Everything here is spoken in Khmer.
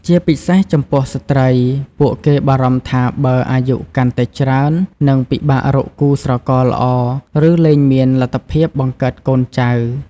ជាពិសេសចំពោះស្ត្រី ពួកគេបារម្ភថាបើអាយុកាន់តែច្រើន នឹងពិបាករកគូស្រករល្អ ឬលែងមានលទ្ធភាពបង្កើតកូនចៅ។